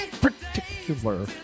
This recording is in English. particular